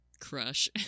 crush